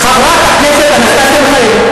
חברת הכנסת אנסטסיה מיכאלי.